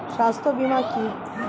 স্বাস্থ্য বীমা কি?